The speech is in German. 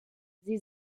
sie